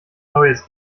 neues